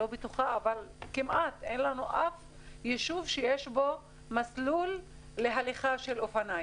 לא בטוחה אבל כמעט אין לנו אף יישוב שיש בו מסלול לרכיבה על אופניים.